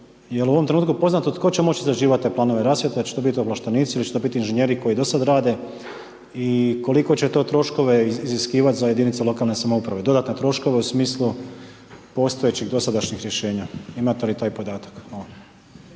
Jel' u ovom trenutku poznato tko će moći izrađivati te planove rasvjete? Dal' će to biti ovlaštenici ili će to biti inženjeri koji do sad rade i koliko će to troškove iziskivati za jedinice lokalne samouprave, dodatne troškove su smislu postojećih dosadašnjih rješenja, imate li taj podatak?